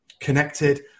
connected